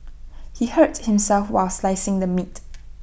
he hurt himself while slicing the meat